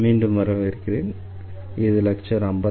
மீண்டும் வரவேற்கிறேன் இது லெக்சர் 51